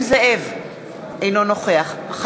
אינו נוכח נסים זאב,